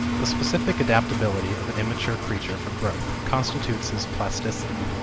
the specific adaptability of an immature creature for growth constitutes his plasticity.